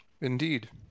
Indeed